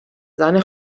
داره، زن